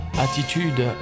attitude